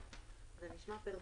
אנחנו מדברים על (2)(ב)?